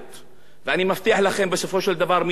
בסופו של דבר מי שילך על ארבע הוא ביבי נתניהו,